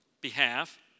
behalf